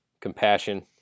compassion